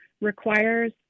requires